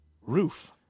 Roof